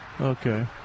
Okay